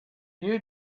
you